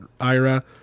IRA